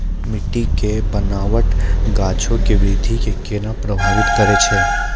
मट्टी के बनावट गाछो के वृद्धि के केना प्रभावित करै छै?